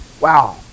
Wow